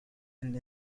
and